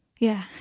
Yeah